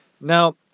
Now